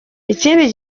ikindi